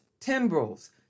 timbrels